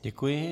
Děkuji.